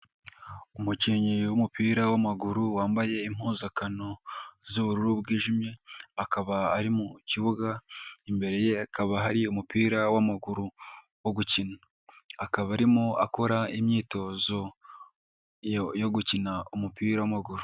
Umukinnyi w'umupira w'amaguru wambaye impuzankano z'ubururu bwijimye, akaba ari mu kibuga imbere ye hakaba hari umupira w'amaguru wo gukina, akaba arimo akora imyitozo yo gukina umupira w'amaguru.